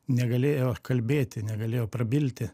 negalėjo kalbėti negalėjo prabilti